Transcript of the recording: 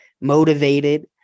motivated